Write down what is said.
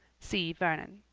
c. vernon